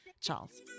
Charles